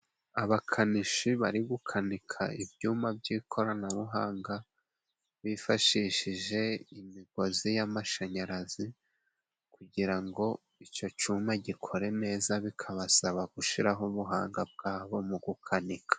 Abakanishi bari gukanika ibyuma by'ikoranabuhanga bifashishije imigozi y'amashanyarazi kugira ngo icyo cuma gikore neza, bikabasaba gushiraho ubuhanga bwabo mu gukanika.